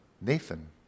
Nathan